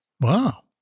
Wow